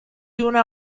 una